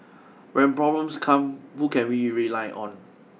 when problems come who can we rely on